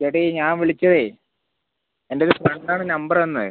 ചേട്ടാ ഈ ഞാൻ വിളിച്ചതേ എൻ്റെയൊരു ഫ്രണ്ടാണ് നമ്പറ് തന്നത്